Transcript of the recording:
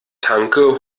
tanke